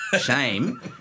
shame